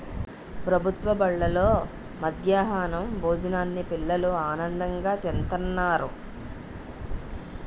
ప్రభుత్వ బడుల్లో మధ్యాహ్నం భోజనాన్ని పిల్లలు ఆనందంగా తింతన్నారు